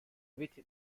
which